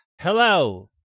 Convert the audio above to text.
Hello